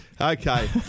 Okay